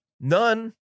none